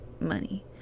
money